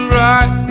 right